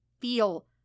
feel